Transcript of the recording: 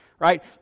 Right